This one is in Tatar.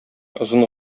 озын